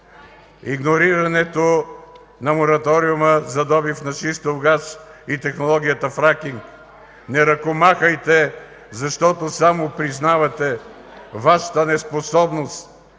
игнорирането на Мораториума за добив на шистов газ и технологията „Фракинг”. (Шум и реплики.) Не ръкомахайте, защото само признавате Вашата неспособност